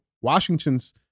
Washington's